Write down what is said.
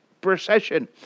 procession